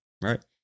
right